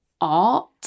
art